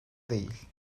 değil